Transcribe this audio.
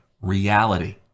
reality